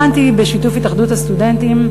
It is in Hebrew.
בחנתי בשיתוף התאחדות הסטודנטים,